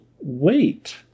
wait